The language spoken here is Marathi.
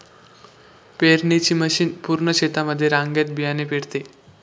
पेरणीची मशीन पूर्ण शेतामध्ये रांगेत बियाणे पेरते